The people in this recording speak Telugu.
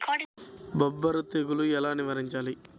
బొబ్బర తెగులు ఎలా నివారించాలి?